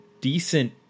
Decent